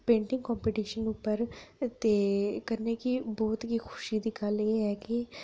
painting competition उप्पर ते कन्नै बहुत खुशी दी गल्ल ओह् ऐ एह् है कि